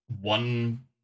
one